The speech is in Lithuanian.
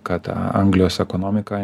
kad anglijos ekonomika